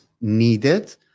needed